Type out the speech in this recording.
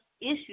issue